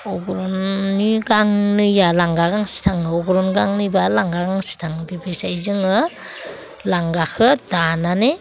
अग्रंनि गांनैया लांगा गांसे थाङो अग्रं गांनैबा लांगा गांसे थाङो बेबायदियै जोङो लांगाखौ दानानै